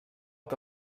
que